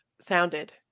sounded